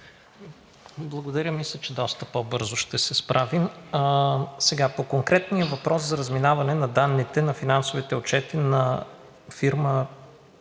Благодаря. Мисля, че доста по-бързо ще се справим. Сега по конкретния въпрос за разминаване на данните на финансовите отчети на фирма